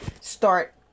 start